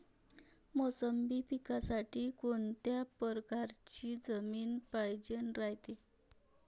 मोसंबी पिकासाठी कोनत्या परकारची जमीन पायजेन रायते?